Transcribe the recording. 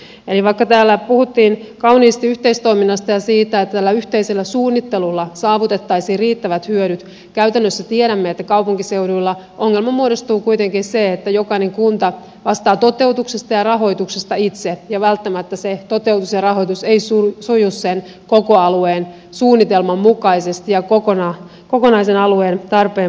eli vaikka täällä puhuttiin kauniisti yhteistoiminnasta ja siitä että tällä yhteisellä suunnittelulla saavutettaisiin riittävät hyödyt käytännössä tiedämme että kaupunkiseuduilla ongelman muodostaa kuitenkin se että jokainen kunta vastaa toteutuksesta ja rahoituksesta itse ja välttämättä se toteutus ja rahoitus ei suju sen koko alueen suunnitelman mukaisesti ja kokonaisen alueen tarpeen mukaisesti